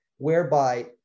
whereby